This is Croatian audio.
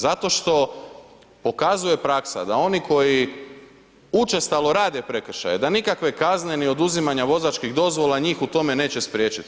Zato što, pokazuje praksa da oni koji učestalo rade prekršaje, da nikakve kazne, ni oduzimanja vozačkih dozvola, njih u tome neće spriječiti.